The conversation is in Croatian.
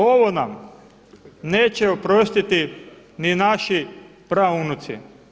Ovo nam neće oprostiti ni naši praunuci.